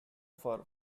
far